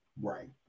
Right